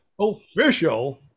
official